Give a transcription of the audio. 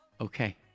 Okay